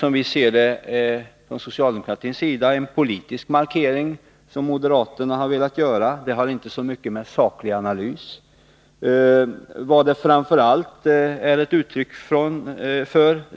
Som vi ser det från socialdemokratins sida har moderaterna främst velat göra en politisk markering. Det har inte så mycket att göra med saklig analys.